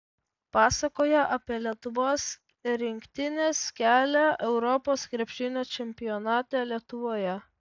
pasakoja apie lietuvos rinktinės kelią europos krepšinio čempionate lietuvoje